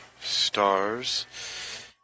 stars